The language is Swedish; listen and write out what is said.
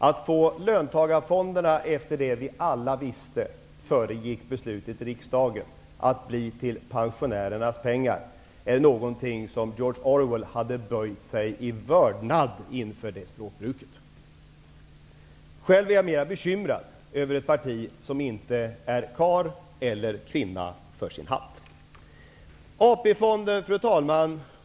Att få löntagarfonderna till att bli pensionärernas pengar är ett språkbruk som George Orwell hade böjt sig i vördnad inför. Själv är jag mera bekymrad över ett parti som inte är karl eller kvinna för sin hatt. Fru talman!